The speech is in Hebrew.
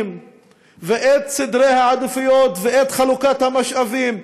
ואת סדרי העדיפויות ואת חלוקת המשאבים,